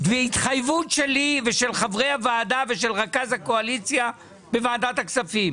והתחייבות שלי ושל חברי הוועדה ושל רכז הקואליציה בוועדת הכספים.